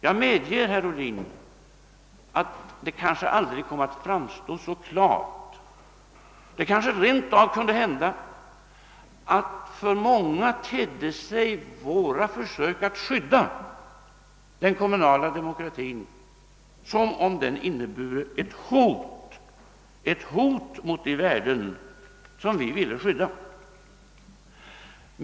— Jag medger, herr Ohlin, att det kanske aldrig kom att framstå så klart; det kanske rent av kunde hända att våra försök att skydda den kommunala demokratin väckte fruktan för att den skulle innebära ett hot mot de värden som vi ville skydda.